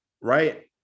right